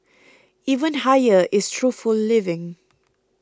even higher is truthful living